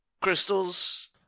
crystals